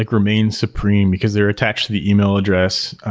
like remains supreme, because they're attached to the e-mail address.